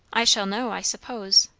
i shall know, i suppose.